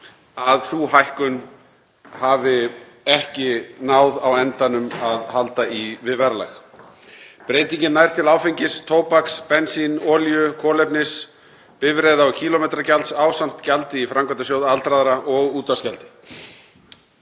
að sú hækkun hafi ekki náð á endanum að halda í við verðlag. Breytingin nær til áfengis-, tóbaks-, bensín-, olíu-, kolefnis-, bifreiða- og kílómetragjalds ásamt gjaldi í Framkvæmdasjóð aldraðra og útvarpsgjaldi.